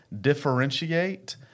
differentiate